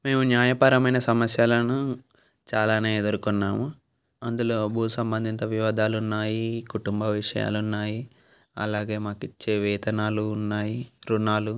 మేము న్యాయపరమైన సమస్యలను చాలానే ఎదుర్కొన్నాము అందులో భూ సంబంధిత వివాదాలు ఉన్నాయి కుటుంబ విషయాలున్నాయి అలాగే మాకు ఇచ్చే వేతనాలు ఉన్నాయి ఋణాలు